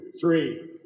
three